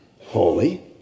holy